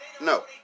No